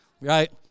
Right